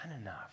enough